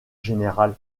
général